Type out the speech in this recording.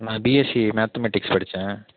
நான் BSc mathematics படிச்சேன்